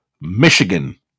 Michigan